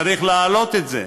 צריך להעלות את זה,